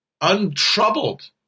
untroubled